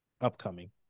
upcoming